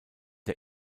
der